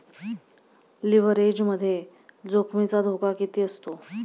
लिव्हरेजमध्ये जोखमीचा धोका किती असतो?